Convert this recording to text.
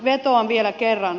vetoan vielä kerran